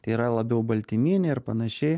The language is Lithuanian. tai yra labiau baltyminė ir panašiai